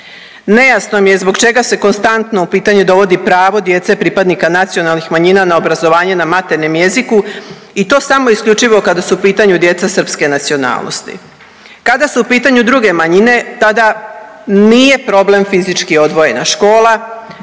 Nejasno mi je zbog čega se konstantno u pitanje dovodi pravo djece pripadnika nacionalnih manjina na obrazovanje na materinjem jeziku i to samo isključivo kada su u pitanju djeca srpske nacionalnosti. Kada su u pitanju druge manjine tada nije problem fizički odvojena škola